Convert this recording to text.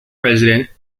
resident